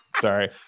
sorry